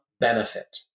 benefit